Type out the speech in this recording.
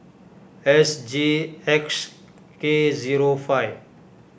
S G X K zero five